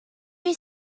you